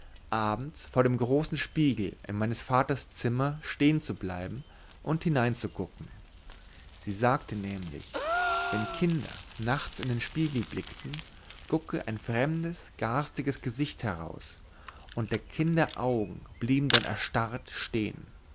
abends vor dem großen spiegel in meines vaters zimmer stehen zu bleiben und hinein zu gucken sie sagte nämlich wenn kinder nachts in den spiegel blickten gucke ein fremdes garstiges gesicht heraus und der kinder augen blieben dann erstarrt stehen